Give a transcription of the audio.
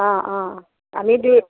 অ অ আমি দি